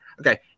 okay